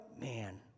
man